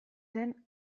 zen